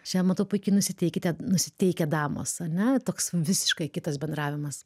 šiandien matau puikiai nusiteikite nusiteikę damos ane toks visiškai kitas bendravimas